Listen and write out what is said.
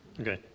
Okay